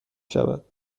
شود